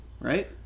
right